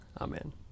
Amen